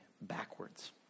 backwards